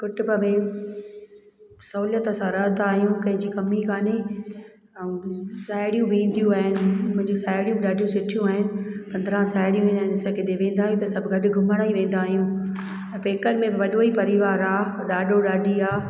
कुटुंब में सहुलियत सां रहंदा आहियूं कैंजी कमी काने अऊं साहेड़ियूं बि ईंदियूं आइन मुंजी साहेड़ियूं बि ॾाढियूं सुठियूं आहिनि पंद्रहां साहेड़ियूं आहिनि ऐं असां केॾे वेंदा आहियूं त सभु गॾु घुमण ई वेंदा आहियूं ऐं पेकनि में बि वॾो ई परिवारु आहे ॾाॾो ॾाॾी आहे